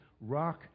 rock